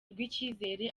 rw’icyizere